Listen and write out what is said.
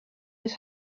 his